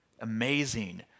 Amazing